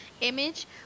image